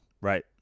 Right